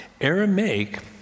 Aramaic